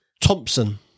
Thompson